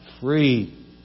free